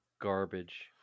garbage